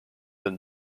than